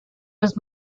was